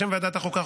בשם ועדת החוקה,